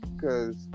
cause